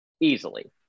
easily